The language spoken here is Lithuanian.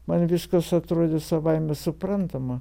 man viskas atrodė savaime suprantama